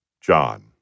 John